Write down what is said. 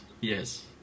yes